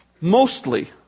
mostly